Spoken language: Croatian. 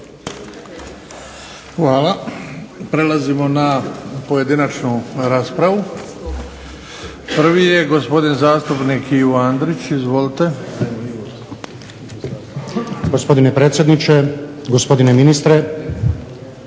Hvala. Prelazimo na pojedinačnu raspravu. Prvi je gospodin zastupnik Ivo Andrić. Izvolite. **Andrić, Ivo (HDZ)** Gospodine predsjedniče, gospodine ministre,